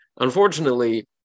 Unfortunately